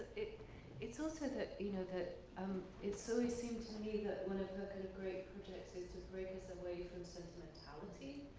it's also that you know, that um it's always seemed to me that one of her and great projects is to break us away from sentimentality.